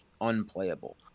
unplayable